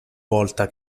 volta